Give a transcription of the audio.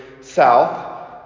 south